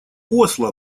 осло